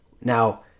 Now